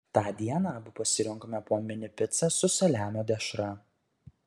tą dieną abu pasirinkome po mini picą su saliamio dešra